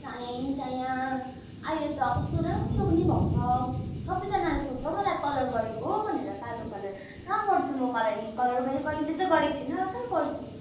चाँयै चाँया अहिले त कस्तो राम्रो पनि भएको छ सबैजनाले सोध्छ हौ मलाई कलर गरेको हो भनेर कालो कलर कहाँ गर्छु म कलर कलर मैले कहिले त गरेको छुइनँ कहाँ गर्छु